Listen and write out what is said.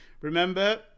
remember